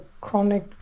chronic